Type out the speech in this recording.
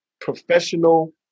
professional